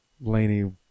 Laney